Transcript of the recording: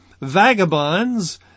vagabonds